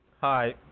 Hi